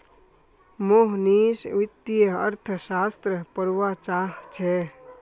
मोहनीश वित्तीय अर्थशास्त्र पढ़वा चाह छ